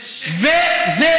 איזה